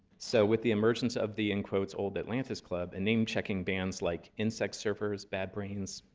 so with the emergence of the, in quotes, old atlantis club, and name checking bands like insect surfers, bad brains,